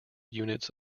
units